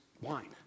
wine